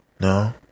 No